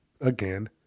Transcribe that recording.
again